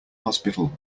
hospital